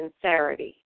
sincerity